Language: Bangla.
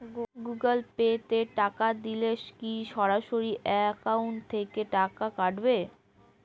গুগল পে তে টাকা দিলে কি সরাসরি অ্যাকাউন্ট থেকে টাকা কাটাবে?